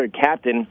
captain